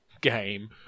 game